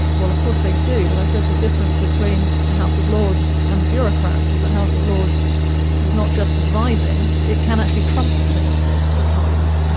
well of course they do, but i suppose the difference between the house of lords and the bureaucrats is the house of lords is not just advising, it can actually trump ministers at times. you